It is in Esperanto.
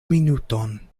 minuton